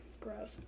Gross